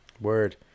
Word